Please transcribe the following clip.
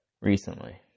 recently